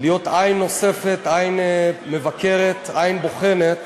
להיות עין נוספת, עין מבקרת, עין בוחנת